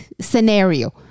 scenario